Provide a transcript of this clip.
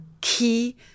key